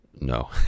No